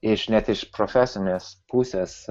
iš net iš profesinės pusės